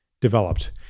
developed